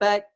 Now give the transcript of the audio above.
but